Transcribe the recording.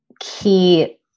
key